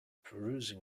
perusing